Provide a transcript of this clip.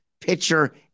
pitcher